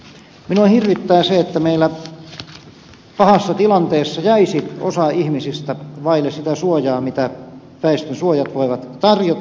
minua hirvittää se että meillä pahassa tilanteessa jäisi osa ihmisistä vaille sitä suojaa mitä väestönsuojat voivat tarjota